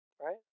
Right